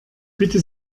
bitte